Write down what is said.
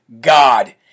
God